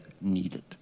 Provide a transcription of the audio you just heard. needed